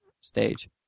stage